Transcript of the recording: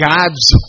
God's